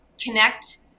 connect